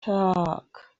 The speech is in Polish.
tak